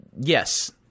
yes